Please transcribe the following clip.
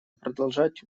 продолжать